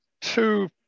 two